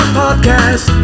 podcast